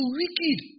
wicked